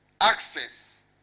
access